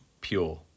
Pure